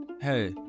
Hey